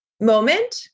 moment